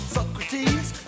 Socrates